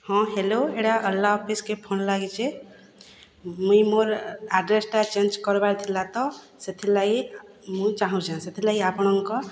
ହଁ ହେଲୋ ଇଟା ଆଲ୍ହା ଅଫିସ୍କେ ଲାଗିଚେ ମୁଇଁ ମୋର୍ ଆଡ଼୍ରେସ୍ଟା ଚେଞ୍ଜ୍ କର୍ବାର୍ ଥିଲା ତ ସେଥିର୍ ଲାଗି ମୁଇଁ ଚାହୁଁଚେ ସେଥିର୍ ଲାଗି ଆପଣଙ୍କର୍